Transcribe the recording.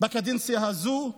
בקדנציה הזאת.